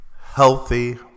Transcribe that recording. Healthy